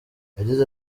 yagize